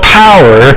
power